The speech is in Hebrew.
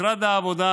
משרד העבודה,